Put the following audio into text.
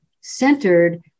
centered